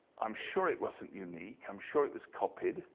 i'm sure it wasn't unique, i'm sure it was copied.